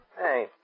Hey